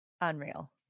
Unreal